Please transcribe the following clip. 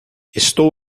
estou